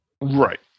right